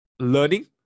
Learning